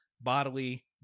bodily